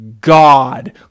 God